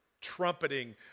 trumpeting